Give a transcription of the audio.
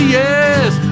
yes